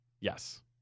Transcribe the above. Yes